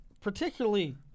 particularly